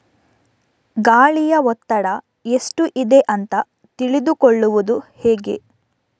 ಗಾಳಿಯ ಒತ್ತಡ ಎಷ್ಟು ಇದೆ ಅಂತ ತಿಳಿದುಕೊಳ್ಳುವುದು ಹೇಗೆ?